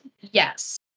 Yes